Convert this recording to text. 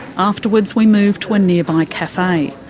afterwards we move to a nearby cafe.